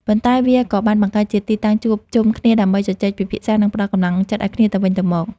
ប៉ុន្តែវាក៏បានបង្កើតជាទីតាំងជួបជុំគ្នាដើម្បីជជែកពិភាក្សា និងផ្ដល់កម្លាំងចិត្តឱ្យគ្នាទៅវិញទៅមក។